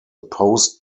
post